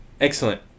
Excellent